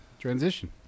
Transition